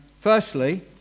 Firstly